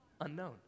unknown